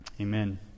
Amen